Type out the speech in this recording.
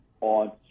on